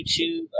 YouTube